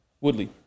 Woodley